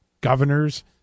governors